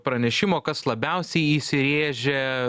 pranešimo kas labiausiai įsirėžia